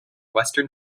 western